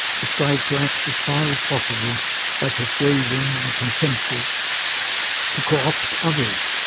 to strive to act as far as possible by persuasion and consensus to co-opt others.